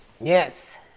Yes